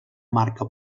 marca